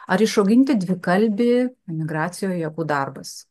ar išauginti dvikalbį emigracijoje juokų darbas